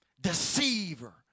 deceiver